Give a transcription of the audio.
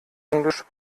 englisch